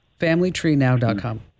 familytreenow.com